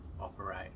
operate